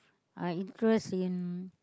I interest in